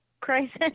crisis